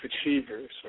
Achievers